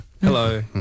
Hello